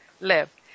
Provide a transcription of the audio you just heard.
live